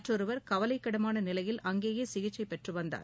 மற்றொருவர் கவலைக்கிடமான நிலையில் அங்கேயே சிகிச்சை பெற்று வந்தார்